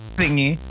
thingy